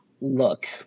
Look